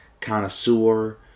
connoisseur